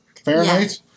Fahrenheit